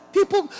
People